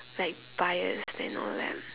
like bias and all that